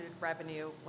revenue